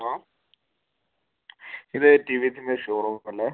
hello ഇത് T V എസിൻ്റെ showroom അല്ലേ